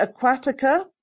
Aquatica